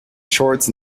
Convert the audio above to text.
shorts